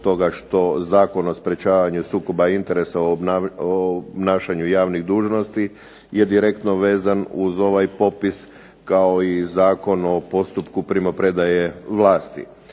toga što Zakon o sprječavanju sukoba interesa u obnašanju javnih dužnosti je direktno vezan uz ovaj popis, kao i Zakon o postupku primopredaje vlasti.